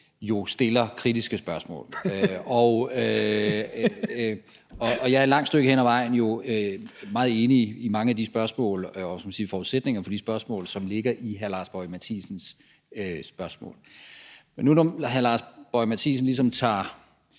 stiller kritiske spørgsmål, og jeg er jo et langt stykke hen ad vejen meget enig i mange af de forudsætninger, som ligger bag hr. Lars Boje Mathiesens spørgsmål. Når nu hr. Lars Boje Mathiesen ligesom tager